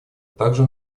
также